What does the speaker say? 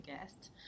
guest